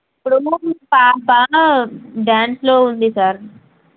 ఇప్పుడు మీ పాప డాన్స్లో ఉంది సార్